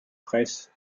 fraysse